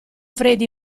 freddi